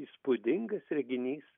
įspūdingas reginys